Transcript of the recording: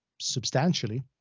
substantially